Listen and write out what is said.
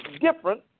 different